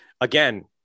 again